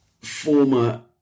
former